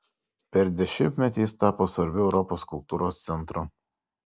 per dešimtmetį jis tapo svarbiu europos kultūros centru